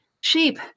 sheep